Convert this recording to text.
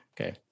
Okay